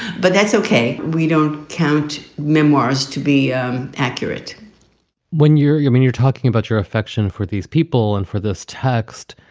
but that's ok. we don't count memoirs to be accurate when you're i mean, you're talking about your affection for these people and for this text.